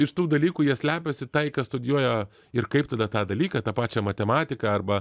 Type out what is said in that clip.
iš tų dalykų jie slepiasi tai ką studijuoja ir kaip tada tą dalyką tą pačią matematiką arba